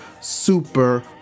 super